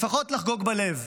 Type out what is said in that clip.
לפחות לחגוג בלב.